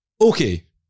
Okay